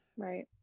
Right